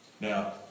Now